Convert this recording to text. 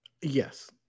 Yes